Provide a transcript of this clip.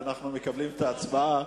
ואנחנו מקבלים את ההצבעה.